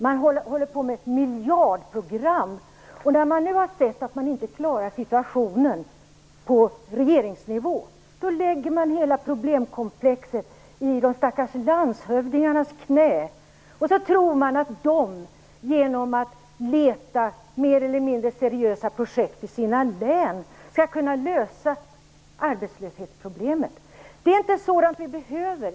Man håller på med ett miljardprogram, och när man nu har sett att man inte klarar situationen på regeringsnivå lägger man hela problemkomplexet i de stackars landshövdingarnas knä och tror att de, genom att leta mer eller mindre seriösa projekt i sina län, skall kunna lösa arbetslöshetsproblemet. Det är inte sådant vi behöver.